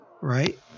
right